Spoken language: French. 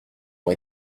ont